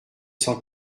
cent